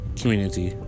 community